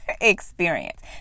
experience